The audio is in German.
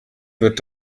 wird